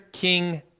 King